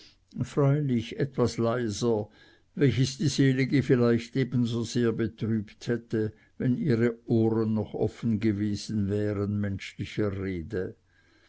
freilich etwas leiser welches die selige vielleicht ebenso sehr betrübt hätte wenn ihre ohren noch offen gewesen wären menschlicher rede